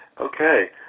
Okay